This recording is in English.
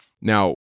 Now